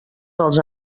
dels